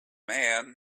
man